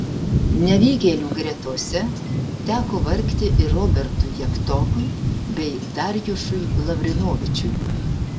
nevykėlių gretose teko vargti ir robertui javtokui bei darjušui lavrinovičiui